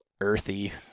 earthy